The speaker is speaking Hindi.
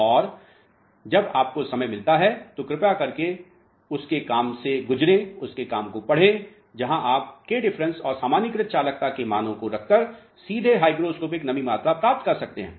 और जब आपको समय मिलता है तो कृपया उसके काम से गुजरें जहाँ आप kdiff और सामान्यीकृत चालकता के मानों को रखकर सीधे हाइग्रोस्कोपिक नमी मात्रा प्राप्त कर सकते है